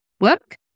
work